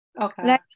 Okay